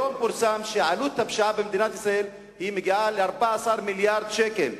היום פורסם שעלות הפשיעה במדינת ישראל מגיעה ל-14 מיליארד שקל.